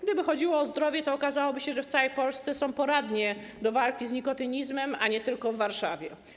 Gdyby chodziło o zdrowie, to okazałoby się, że w całej Polsce są poradnie zajmujące się walką z nikotynizmem, a nie tylko w Warszawie.